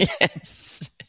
Yes